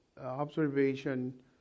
observation